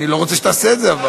אבל אני לא רוצה שתעשה את זה.